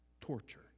torture